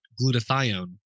glutathione